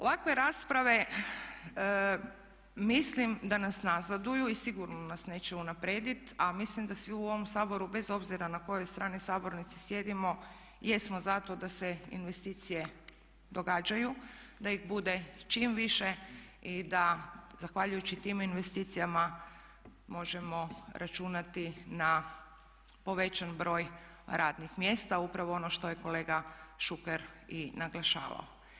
Ovakve rasprave mislim da nas nazaduju i sigurno nas neće unaprijedit a mislim da svi u ovom Saboru bez obzira na kojoj strani sabornice sjedimo jesmo zato da se investicije događaju, da ih bude čim više i da zahvaljujući tim investicijama možemo računati na povećan broj radnih mjesta, upravo ono što je kolega Šuker i naglašavao.